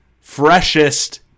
freshest